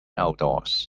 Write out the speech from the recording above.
outdoors